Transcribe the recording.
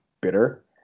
bitter